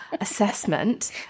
Assessment